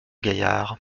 gaillard